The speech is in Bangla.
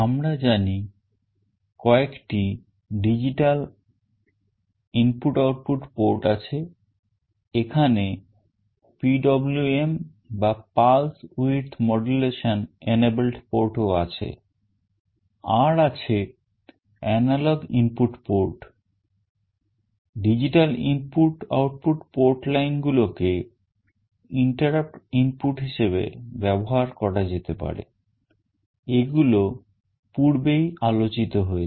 আমরা জানি কয়েকটি digital IO port আছে এখানে PWM বা Pulse Width Modulation enabled port ও আছে আর আছে analog input port Digital IO port line গুলোকে interrupt input হিসেবে ব্যবহার করা যেতে পারে এগুলো পূর্বেই আলোচিত হয়েছে